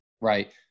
Right